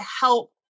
help